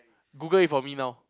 Google it for me now